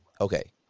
okay